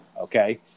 okay